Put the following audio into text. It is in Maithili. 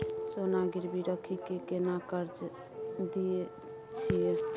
सोना गिरवी रखि के केना कर्जा दै छियै?